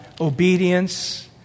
obedience